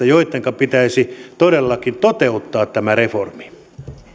joittenka pitäisi todellakin toteuttaa tämä reformi